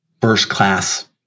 first-class